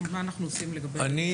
מה אנחנו עושים לגבי